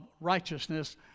righteousness